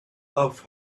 love